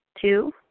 Two